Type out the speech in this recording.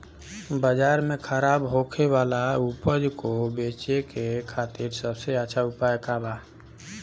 बाजार में खराब होखे वाला उपज को बेचे के खातिर सबसे अच्छा उपाय का बा?